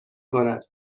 کند